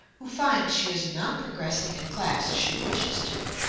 who finds she is not progressing in class as she wishes to,